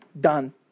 done